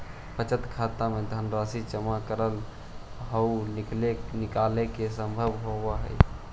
बचत खाता में धनराशि जमा करेला आउ निकालेला संभव होवऽ हइ